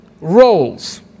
roles